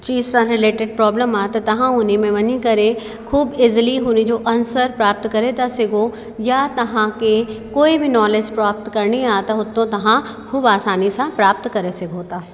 चीज सां related problem आहे त तव्हां उन में वञी करे खूब ईज़ीली हुनजो आन्सर प्राप्त करे था सघो या तव्हांखे कोई बि नॉलेज प्राप्त करिणी आहे त हुतों तव्हां खूब आसानी सां प्राप्त करे सघो था